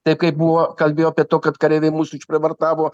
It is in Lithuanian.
taip kaip buvo kalbėjo apie to kad kareiviai mus išprievartavo